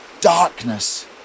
darkness